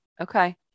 Okay